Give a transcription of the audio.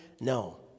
No